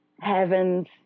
heavens